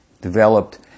developed